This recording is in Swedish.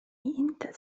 inte